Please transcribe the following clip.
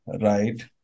right